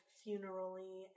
funerally